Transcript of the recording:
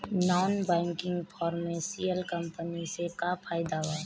Non banking financial company से का फायदा बा?